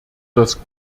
das